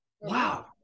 Wow